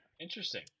interesting